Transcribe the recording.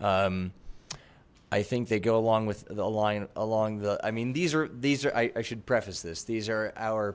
i think they go along with the line along the i mean these are these are i should preface this these are our